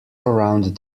around